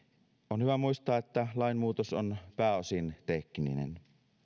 on hyvä muistaa että lainmuutos on pääosin tekninen